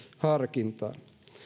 harkintaan